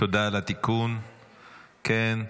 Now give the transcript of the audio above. תודה על התיקון, כן.